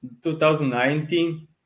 2019